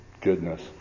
goodness